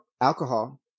alcohol